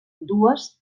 dues